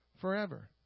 forever